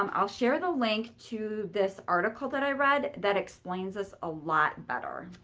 um i'll share the link to this article that i read that explains this a lot better.